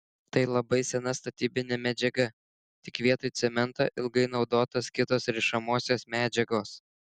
tai labai sena statybinė medžiaga tik vietoj cemento ilgai naudotos kitos rišamosios medžiagos